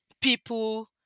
people